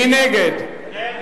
מי נגד?